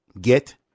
Get